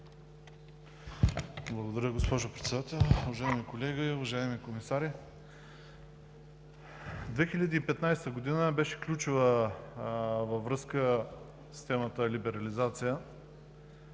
Благодаря, госпожо Председател. Уважаеми колеги, уважаеми комисари! 2015 г. беше ключова във връзка с темата „Либерализация“.